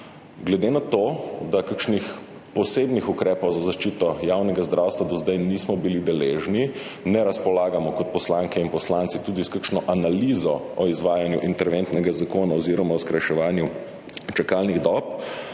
Glede na to, da kakšnih posebnih ukrepov za zaščito javnega zdravstva do zdaj nismo bili deležni, kot poslanke in poslanci tudi ne razpolagamo s kakšno analizo o izvajanju interventnega zakona oziroma o skrajševanju čakalnih dob,